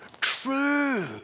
true